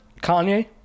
Kanye